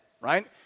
right